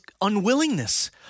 unwillingness